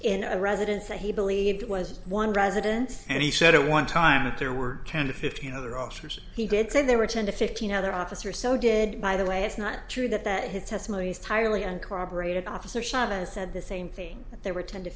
in a residence that he believed was one residence and he said at one time if there were ten to fifteen other officers he did say there were ten to fifteen other officers so did by the way it's not true that that his testimony is highly and corroborated officer shot and said the same thing that there were ten to